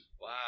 Wow